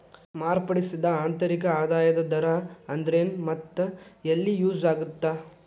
ಮಾರ್ಪಡಿಸಿದ ಆಂತರಿಕ ಆದಾಯದ ದರ ಅಂದ್ರೆನ್ ಮತ್ತ ಎಲ್ಲಿ ಯೂಸ್ ಆಗತ್ತಾ